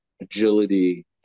agility